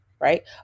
right